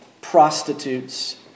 prostitutes